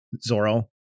zoro